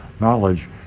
knowledge